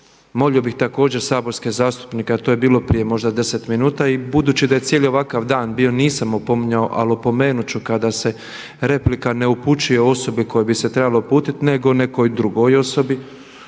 Molio bih također saborske zastupnike, a to je bilo prije možda 10 minuta i budući da je cijeli ovakav dan bio nisam opominjao, ali opomenut ću kada se replika ne upućuje osobi kojoj bi se trebala uputiti nego nekoj drugoj osobi